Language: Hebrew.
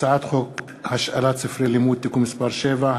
הצעת חוק השאלת ספרי לימוד (תיקון מס' 7),